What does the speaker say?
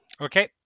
Okay